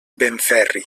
benferri